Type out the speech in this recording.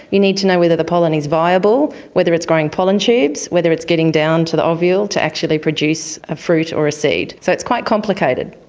you need to know whether the pollen is viable, whether it's growing pollen tubes, whether it's getting down to the ovule to actually produce a fruit or a seed. so it's quite complicated.